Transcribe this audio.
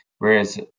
Whereas